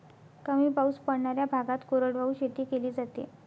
कमी पाऊस पडणाऱ्या भागात कोरडवाहू शेती केली जाते